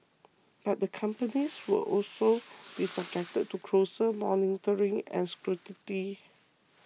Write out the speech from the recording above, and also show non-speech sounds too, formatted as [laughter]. [noise] but the companies will also be subjected to closer monitoring and scrutiny